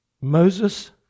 Moses